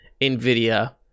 NVIDIA